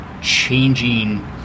changing